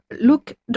Look